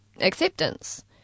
acceptance